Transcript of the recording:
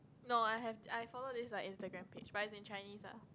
no I have I follow this like instagram page but is in Chinese lah